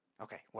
Okay